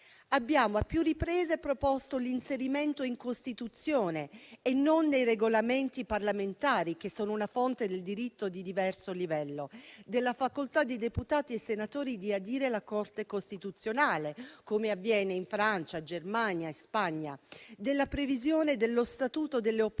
Abbiamo a più riprese proposto l'inserimento in Costituzione - e non nei Regolamenti parlamentari, che sono una fonte del diritto di diverso livello - della facoltà di deputati e senatori di adire la Corte costituzionale, come avviene in Francia, Germania e Spagna; della previsione dello statuto delle opposizioni;